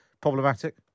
problematic